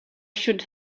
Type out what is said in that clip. should